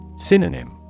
Synonym